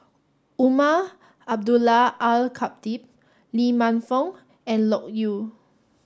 Umar Abdullah Al Khatib Lee Man Fong and Loke Yew